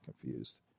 confused